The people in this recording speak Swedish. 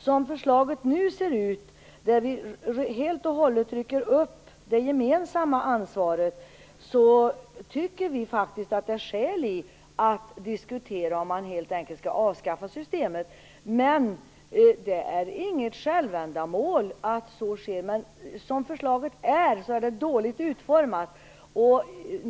Som förslaget nu ser ut, där vi helt och hållet rycker upp det gemensamma ansvaret, anser vi faktiskt att det finns skäl att diskutera om man helt enkelt skall avskaffa systemet. Men det är inget självändamål att så sker. Men som förslaget ser ut är det dåligt utformat.